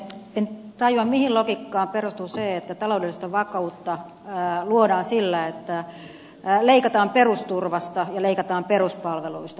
en tajua mihin logiikkaan perustuu se että taloudellista vakautta luodaan sillä että leikataan perusturvasta ja leikataan peruspalveluista